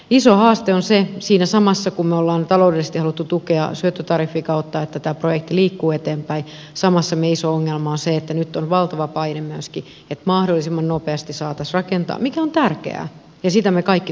iso haaste on se siinä kun me olemme taloudellisesti halunneet tukea syöttötariffien kautta että tämä projekti liikkuu eteenpäin niin siinä samassa meidän iso ongelmamme on se että nyt on myöskin valtava paine että mahdollisimman nopeasti saataisiin rakentaa mikä on tärkeää ja sitä me kaikki tuemme